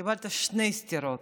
קיבלת שתי סטירות.